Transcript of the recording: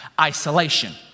isolation